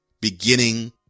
Beginning